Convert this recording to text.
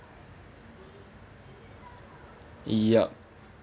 yup